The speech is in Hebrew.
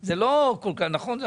נכון?